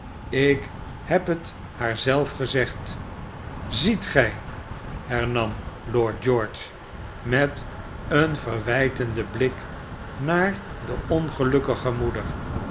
ik heb het haar zelf gezegd sziet gij hernam lord george met een verwijtenden blik naar de ongelukkige moeder